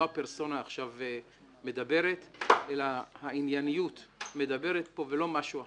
לא הפרסונה עכשיו מדברת אלא הענייניות מדברת פה ולא משהו אחר.